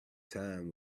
time